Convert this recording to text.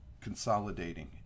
consolidating